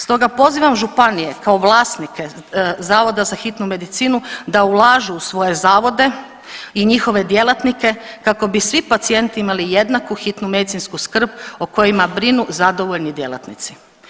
Stoga pozivam županije kao vlasnike zavoda za hitnu medicinu da ulažu u svoje zavode i njihove djelatnike kako bi svi pacijenti imali jednaku hitnu medicinsku skrb o kojima brinu zadovoljni djelatnici.